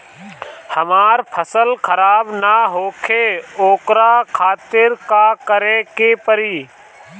हमर फसल खराब न होखे ओकरा खातिर का करे के परी?